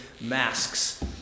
masks